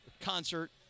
concert